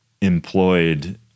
employed